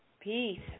Peace